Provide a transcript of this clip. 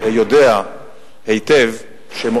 בהקשר של הדיון הקודם שנערך כאן לגבי הווטו האמריקני,